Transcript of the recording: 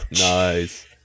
Nice